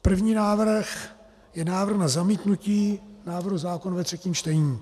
První návrh je návrh na zamítnutí návrhu zákona ve třetím čtení.